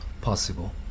Possible